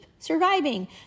surviving